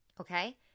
Okay